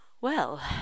Well